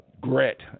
grit